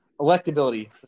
Electability